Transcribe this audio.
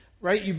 right